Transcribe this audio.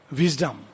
wisdom